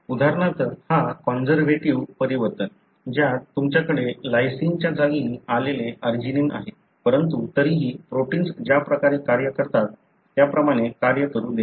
उदाहरणार्थ हा कॉन्सर्व्हेटिव्ह परिवर्तन ज्यात तुमच्याकडे लायसीनच्या जागी आलेले आर्जिनिन आहे परंतु तरीही प्रोटिन्स ज्याप्रकारे कार्य करतात त्याप्रमाणे कार्य करू देणे